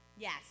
Yes